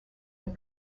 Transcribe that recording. have